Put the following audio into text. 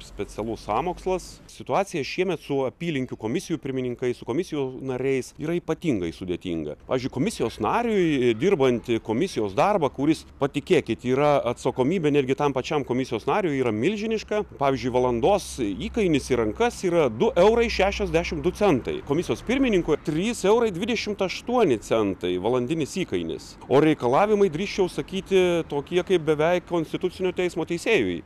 specialus sąmokslas situaciją šiemet su apylinkių komisijų pirmininkais su komisijų nariais yra ypatingai sudėtinga pavyzdžiui komisijos nariui dirbantį komisijos darbą kuris patikėkit yra atsakomybė netgi tam pačiam komisijos nariui yra milžiniška pavyzdžiui valandos įkainis į rankas yra du eurai šešiasdešimt du centai komisijos pirmininkui trys eurai dvidešimt aštuoni centai valandinis įkainis o reikalavimai drįsčiau sakyti tokie kaip beveik konstitucinio teismo teisėjui